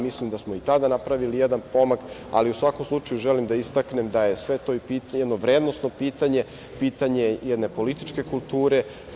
Mislim da smo i tada napravili jedan pomak, ali u svakom slučaju želim da istaknem da je sve to jedno vrednosno pitanje, pitanje jedne političke kulture.